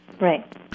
Right